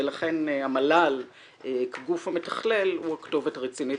לכן המל"ל כגוף המתכלל הוא הכתובת הרצינית